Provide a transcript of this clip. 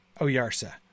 Oyarsa